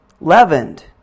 leavened